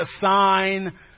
sign